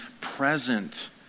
present